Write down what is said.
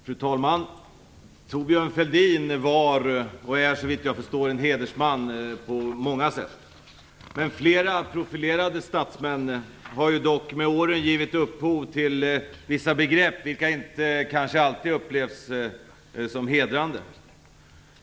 Fru talman! Thorbjörn Fälldin var, och är såvitt jag förstår, en hedersman på många sätt. Men flera profilerade statsmän har ju med åren givit upphov till vissa begrepp, vilka kanske inte alltid upplevs som hedrande.